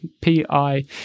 P-I